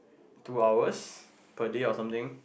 two hours per day or something